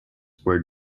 were